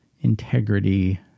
integrity